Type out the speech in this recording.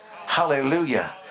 Hallelujah